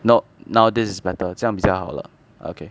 nope now this is better 这样比较好了 okay